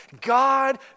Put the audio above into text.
God